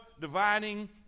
dividing